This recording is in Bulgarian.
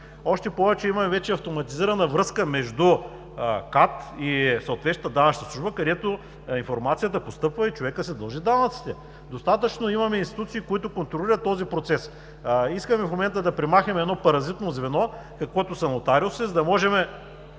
Още повече има вече автоматизирана връзка между КАТ и съответната данъчна служба, където информацията постъпва и човекът си дължи данъците. Достатъчно имаме институции, които контролират този процес. Искаме в момента да премахнем едно паразитно звено, каквито са нотариусите, за да можем